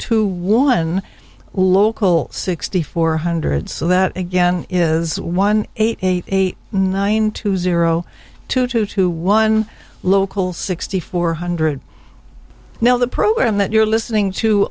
two one local sixty four hundred so that again is one eight nine two zero two two two one local sixty four hundred now the program that you're listening to